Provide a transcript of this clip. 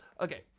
Okay